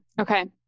Okay